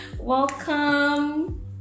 Welcome